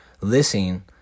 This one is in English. listening